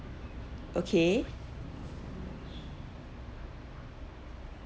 okay